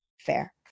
Fair